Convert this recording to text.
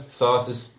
sauces